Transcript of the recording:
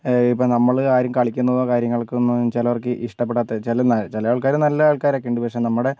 ഇപ്പം നമ്മൾ ആരും കളിക്കുന്നതോ കാര്യങ്ങൾക്കൊന്നും ചിലർക്ക് ഇഷ്ട്ടപ്പെടാത്ത ചില ചില ആൾക്കാര് നല്ല ആൾക്കാരൊക്കെ ഉണ്ട് പക്ഷെ നമ്മുടെ